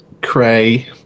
cray